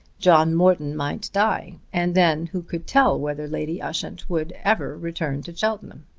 john morton might die, and then who could tell whether lady ushant would ever return to cheltenham?